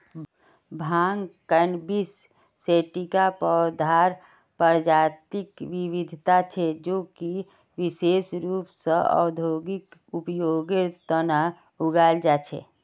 भांग cannabis sativa पौधार प्रजातिक विविधता छे जो कि विशेष रूप स औद्योगिक उपयोगेर तना उगाल जा छे